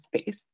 space